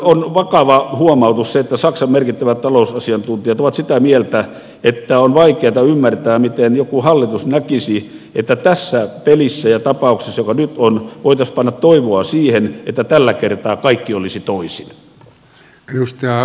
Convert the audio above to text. on kyllä vakava huomautus että saksan merkittävät talousasiantuntijat ovat sitä mieltä että on vaikeata ymmärtää miten joku hallitus näkisi että tässä pelissä ja tapauksessa joka nyt on voitaisiin panna toivoa siihen että tällä kertaa kaikki olisi toisin